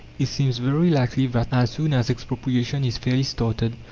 it seems very likely that, as soon as expropriation is fairly started,